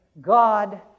God